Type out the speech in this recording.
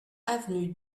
avenue